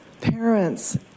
parents